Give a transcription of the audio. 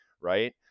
right